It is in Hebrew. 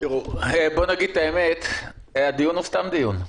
תראו, בואו נגיד את האמת: הדיון הוא סתם דיון.